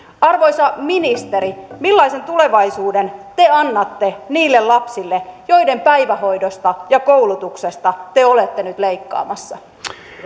arvoisa ministeri millaisen tulevaisuuden te annatte niille lapsille joiden päivähoidosta ja koulutuksesta te olette nyt leikkaamassa